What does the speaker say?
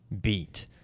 beat